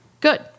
Good